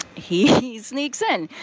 he sneaks in.